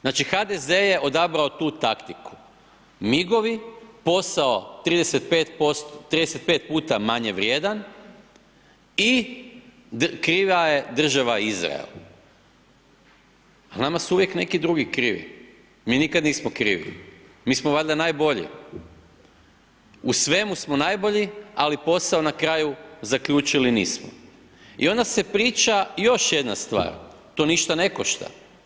Znači, HDZ je odabrao tu taktiku, migovi, posao 35 puta manje vrijedan i kriva je država Izrael, pa nama su uvijek neki drugi krivi, mi nikad nismo krivi, mi smo valjda najbolji, u svemu smo najbolji, ali posao na kraju zaključili nismo i onda se priča još jedna stvar, to ništa ne košta.